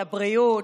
על הבריאות,